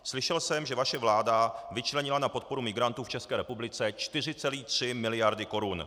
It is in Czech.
Slyšel jsem, že vaše vláda vyčlenila na podporu migrantů v České republice 4,3 mld. korun.